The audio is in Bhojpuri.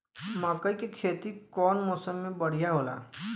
मकई के खेती कउन मौसम में बढ़िया होला?